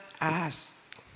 ask